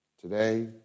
Today